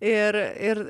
ir ir